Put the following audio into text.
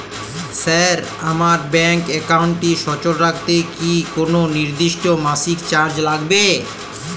Sir আমার bank একাউন্টটি সচল রাখতে কি কোনো নির্দিষ্ট মাসিক চার্জ লাগবে?